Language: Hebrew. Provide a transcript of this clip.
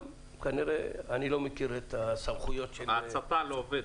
כנראה אני לא מכיר את הסמכויות --- ההצתה לא עובדת.